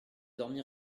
dormir